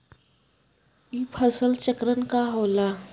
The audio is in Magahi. ई फसल चक्रण का होला?